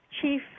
Chief